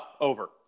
over